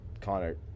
Connor